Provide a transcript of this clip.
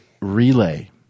Relay